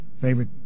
favorite